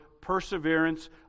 Perseverance